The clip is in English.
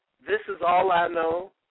this-is-all-I-know